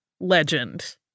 legend